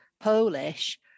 Polish